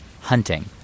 Hunting